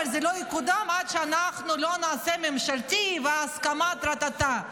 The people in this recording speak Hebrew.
אבל זה לא יקודם עד שאנחנו נעשה ממשלתי והסכמה וטה-טה-טה,